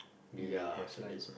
we really have like